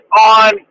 on